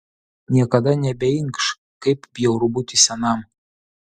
niekada nebeinkš kaip bjauru būti senam